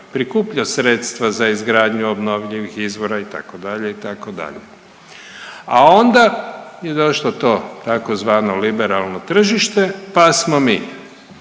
prikuplja sredstva za izgradnju obnovljivih izvora itd. itd. A onda je došlo to tzv. liberalno tržište pa smo mi